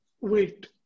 Wait